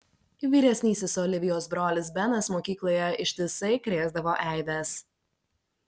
vyresnysis olivijos brolis benas mokykloje ištisai krėsdavo eibes